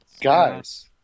Guys